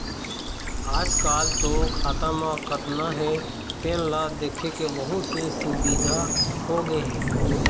आजकाल तो खाता म कतना हे तेन ल देखे के बहुत से सुबिधा होगे हे